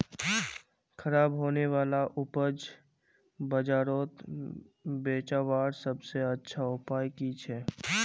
ख़राब होने वाला उपज बजारोत बेचावार सबसे अच्छा उपाय कि छे?